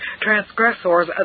transgressors